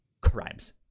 crimes